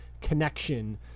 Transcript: connection